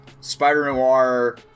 Spider-Noir